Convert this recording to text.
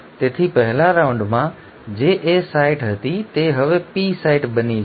તેથી પહેલા રાઉન્ડમાં જે એ સાઇટ હતી તે હવે પી સાઇટ બની જાય છે